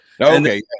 okay